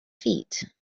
feet